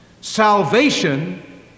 Salvation